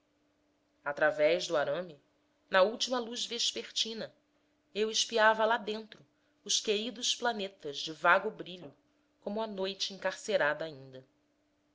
através do arame na última luz vespertina eu espiava lá dentro os queridos planetas de vago brilho como a noite encarcerada ainda